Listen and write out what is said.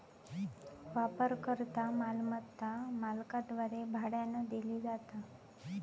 वापरकर्ता मालमत्ता मालकाद्वारे भाड्यानं दिली जाता